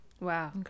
Wow